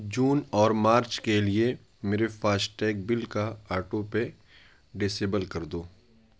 جون اور مارچ کے لیے میرے فاسٹیگ بل کا آٹو پے ڈسیبل کر دو